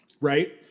Right